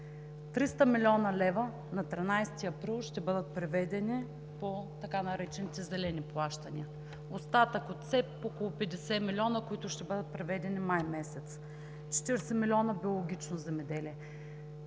милиона лева на 13 април ще бъдат приведени по така наречените зелени плащания. Остатък от СЕПП – около 50 милиона, които ще бъдат преведени през месец май. Четиридесет милиона биологично земеделие.